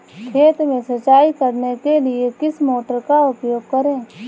खेत में सिंचाई करने के लिए किस मोटर का उपयोग करें?